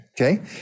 okay